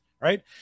right